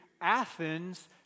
Athens